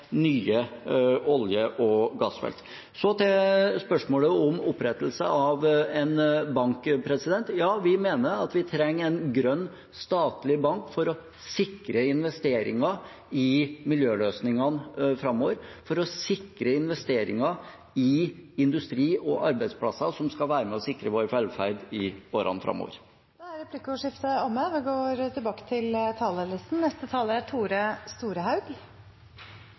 nye olje- og gassfelt. Så til spørsmålet om opprettelse av en bank: Ja, vi mener at vi trenger en grønn statlig bank for å sikre investeringer i miljøløsningene framover, for å sikre investeringer i industri og arbeidsplasser som skal være med og sikre vår velferd i årene framover. Replikkordskiftet er omme. Det er ein lystig tone når energi- og miljøkomiteen har sine debattar om statsbudsjettet for 2020, men bakteppet her er